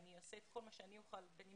ואני אעשה את כל מה שאני אוכל בין אם